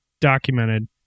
documented